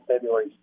February